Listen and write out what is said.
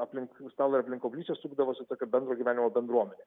aplink stalą ir aplink koplyčią sukdavosi tokio bendro gyvenimo bendruomenė